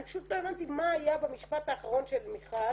פשוט לא הבנתי מה היה במשפט האחרון של מיכל